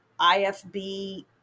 IFB